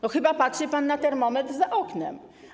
No chyba patrzy pan na termometr za oknem.